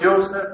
Joseph